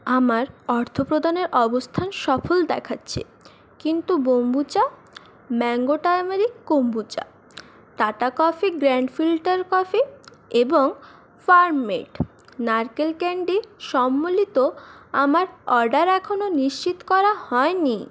আমার অর্থপ্রদানের অবস্থান সফল দেখাচ্ছে কিন্তু kombucha mango turmeric kombucha Tata coffee grand filter coffee এবং ফার্ম মেড নারকেল ক্যান্ডি সম্বলিত আমার অর্ডার এখনও নিশ্চিত করা হয়নি